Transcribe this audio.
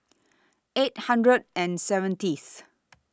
eight hundred and seventh